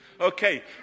Okay